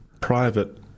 private